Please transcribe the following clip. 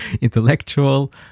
intellectual